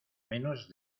menos